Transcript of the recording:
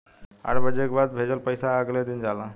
आठ बजे के बाद भेजल पइसा अगले दिन जाला